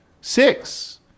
Six